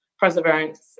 perseverance